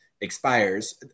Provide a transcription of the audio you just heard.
expires